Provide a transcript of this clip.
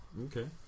Okay